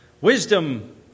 Wisdom